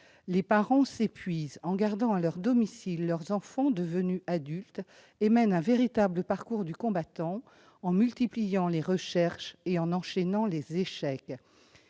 Les parents s'épuisent à garder à leur domicile leurs enfants devenus adultes. Ils mènent un véritable parcours du combattant en multipliant les recherches et en enchaînant les échecs.